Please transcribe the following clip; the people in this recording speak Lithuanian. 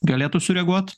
galėtų sureaguot